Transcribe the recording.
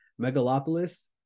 megalopolis